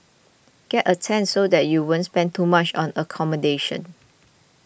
get a tent so that you won't spend too much on accommodation